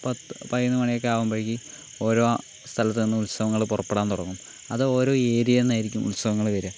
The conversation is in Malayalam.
പത്ത് പതിനൊന്ന് മണി ആകുമ്പോഴേക്ക് ഓരോ സ്ഥലത്ത് നിന്ന് ഉത്സവങ്ങൾ പുറപ്പെടാൻ തുടങ്ങും അത് ഓരോ ഏരിയേന്നായിരിക്കും ഉത്സവങ്ങള് വരിക